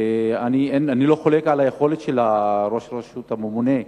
אני לא חולק על היכולת של ראש הרשות הממונה,